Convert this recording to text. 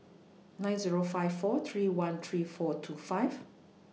nine Zero five four three one three four two five